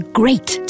great